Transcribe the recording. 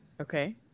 Okay